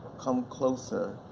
come closer,